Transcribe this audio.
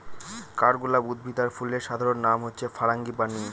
কাঠগলাপ উদ্ভিদ আর ফুলের সাধারণ নাম হচ্ছে ফারাঙ্গিপানি